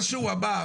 מה שהוא אמר